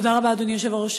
תודה רבה, אדוני היושב-ראש.